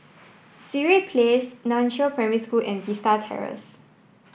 Sireh Place Nan Chiau Primary School and Vista Terrace